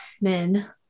Men